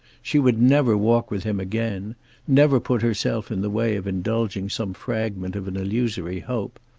she would never walk with him again never put herself in the way of indulging some fragment of an illusory hope.